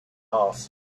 off